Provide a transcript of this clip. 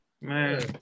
Man